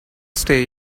stay